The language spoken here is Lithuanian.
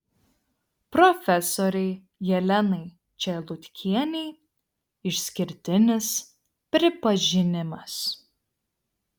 profesorei jelenai čelutkienei išskirtinis pripažinimas